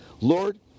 Lord